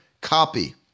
copy